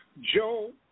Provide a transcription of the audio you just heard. Joe